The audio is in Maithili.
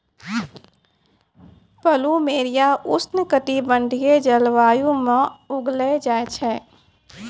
पलूमेरिया उष्ण कटिबंधीय जलवायु म उगैलो जाय छै